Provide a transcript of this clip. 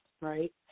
right